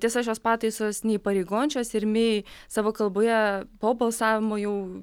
tiesa šios pataisos neįpareigojančios ir mei savo kalboje po balsavimo jau